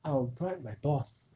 I'll bribe my boss